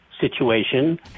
situation